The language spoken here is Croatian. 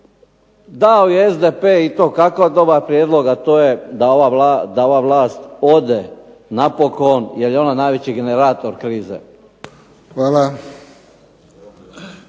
dao je SDP itekako dobar prijedlog, a to je da ova vlast ode napokon jer je ona najveći generator krize.